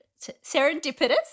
serendipitous